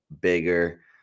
bigger